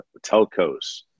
telcos